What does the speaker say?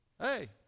hey